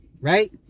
right